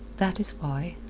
that is why.